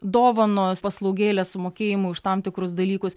dovanos paslaugėlės sumokėjimai už tam tikrus dalykus